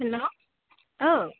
हेल' औ